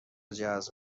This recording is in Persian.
جذب